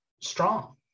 strong